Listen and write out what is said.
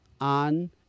on